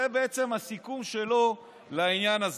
זה הסיכום שלו לעניין הזה.